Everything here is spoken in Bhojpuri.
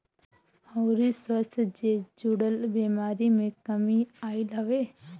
अउरी स्वास्थ्य जे जुड़ल बेमारी में कमी आईल हवे